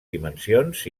dimensions